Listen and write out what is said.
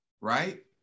right